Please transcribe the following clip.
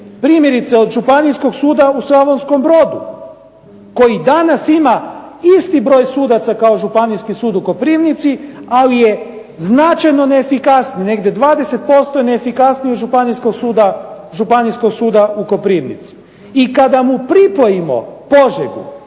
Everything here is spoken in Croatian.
Primjerice od Županijskog suda u Slavonskom Brodu koji danas ima isti broj sudaca kao Županijski sud u Koprivnici, ali je značajno neefikasniji, negdje 20% je neefikasniji od Županijskog suda u Koprivnici. I kada mu pripojimo Požegu